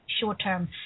short-term